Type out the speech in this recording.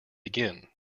begin